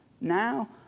now